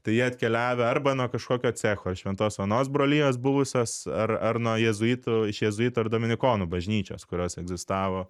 tai jie atkeliavę arba nuo kažkokio cecho šventos onos brolijos buvusios ar ar nuo jėzuitų iš jėzuitų ar dominikonų bažnyčios kurios egzistavo